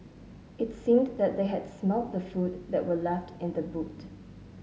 it seemed that they had smelt the food that were left in the boot